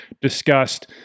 discussed